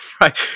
Right